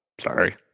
Sorry